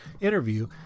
interview